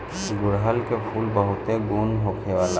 गुड़हल के फूल में बहुते गुण होखेला